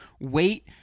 wait